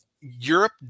Europe